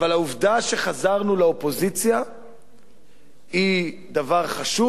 אבל העובדה שחזרנו לאופוזיציה היא דבר חשוב.